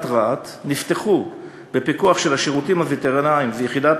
רהט נפתחו בפיקוח של השירותים הווטרינריים ויחידת